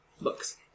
books